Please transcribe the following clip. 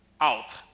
out